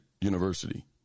University